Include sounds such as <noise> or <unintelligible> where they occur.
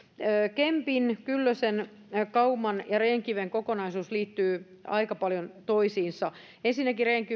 kempin kyllösen kauman ja rehn kiven kokonaisuus liittyy aika paljon toisiinsa ensinnäkin rehn <unintelligible>